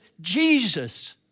Jesus